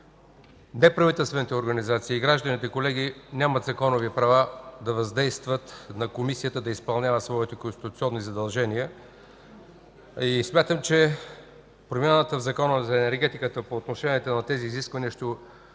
Неправителствените организации и гражданите, колеги, нямат законови права да въздействат на Комисията да изпълнява своите конституционни задължения. Смятам, че промяната в Закона за енергетиката по отношение на тези изисквания